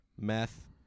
Meth